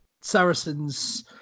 Saracen's